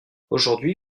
aujourd’hui